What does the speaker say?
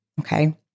Okay